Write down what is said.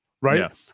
right